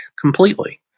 completely